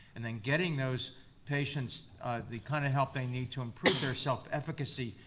and then getting those patients the kind of help they need to improve their self-efficacy,